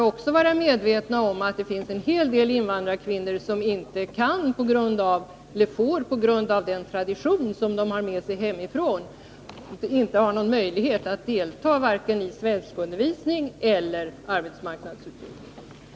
Vi skall vara medvetna om att det finns en hel del invandrarkvinnor som på grund av den tradition som de har med sig hemifrån inte kan delta i vare sig svenskundervisningen eller arbetsmarknadsutbildningen.